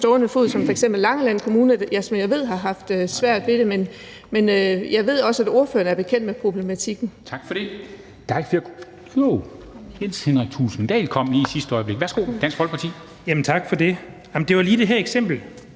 tanker om en her, Langeland Kommune, som jeg ved har haft svært ved det, men jeg ved også, at ordføreren er bekendt med problematikken. Kl. 11:52 Formanden (Henrik